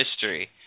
history